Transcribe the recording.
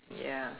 ya